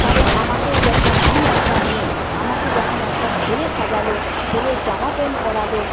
কারণ আমাকেও যখন আমি একটা মেয়ে আমাকে যখন একটা ছেলে সাজাল ছেলের জামা প্যান্ট পরাল